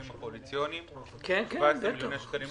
קואליציוניים בסך של 17 מיליוני שקלים,